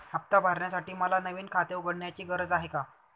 हफ्ता भरण्यासाठी मला नवीन खाते उघडण्याची गरज आहे का?